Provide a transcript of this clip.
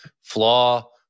flaw